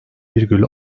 virgül